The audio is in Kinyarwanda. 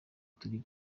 turi